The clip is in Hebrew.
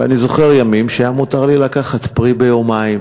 ואני זוכר ימים שהיה מותר לי לקחת פרי פעם ביומיים,